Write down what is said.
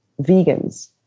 vegans